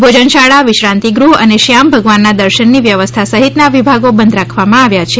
ભોજનશાળા વિશ્રાન્તિ ગૃહ અને શ્યામ ભગવાનના દર્શનની વ્યવસ્થા સહિતના વિભાગો બંધ રાખેલ છે